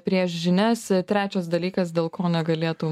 prieš žinias trečias dalykas dėl ko negalėtų